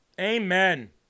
Amen